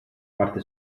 parte